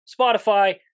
Spotify